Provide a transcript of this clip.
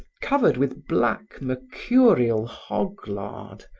covered with black mercurial hog lard,